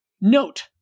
note